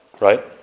right